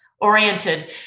oriented